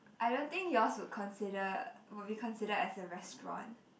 I don't think yours would consider would be considered as a restaurant